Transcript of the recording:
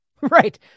Right